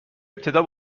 ابتدا